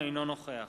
אינו נוכח